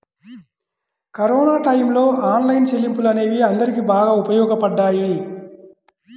corona టైయ్యంలో online చెల్లింపులు అనేవి అందరికీ బాగా ఉపయోగపడ్డాయి